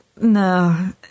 no